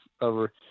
over